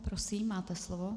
Prosím, máte slovo.